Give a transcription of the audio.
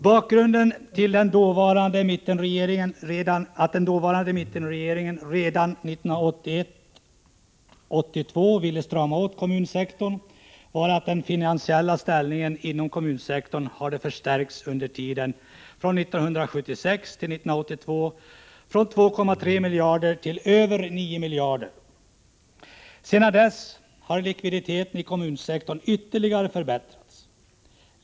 Bakgrunden till att den dåvarande mittenregeringen redan 1981/82 ville strama åt kommunsektorn var att den finansiella ställningen inom kommunsektorn under tiden 1976-1982 hade förstärkts från 2,3 miljarder till över 9 miljarder kronor. Sedan dess har likviditeten i kommunsektorn ytterligare förbättrats.